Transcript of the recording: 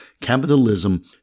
capitalism